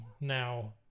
now